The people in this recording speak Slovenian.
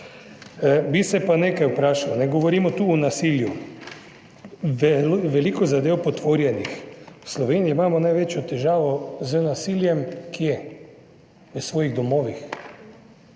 Bi se pa nekaj vprašal. Ne govorimo tu o nasilju, veliko zadev potvorjenih. V Sloveniji imamo največjo težavo z nasiljem. Kje? V svojih domovih.